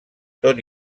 tot